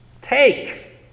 take